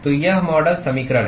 तो यह मॉडल समीकरण है